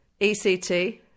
ect